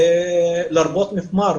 לרבות מפמ"ר.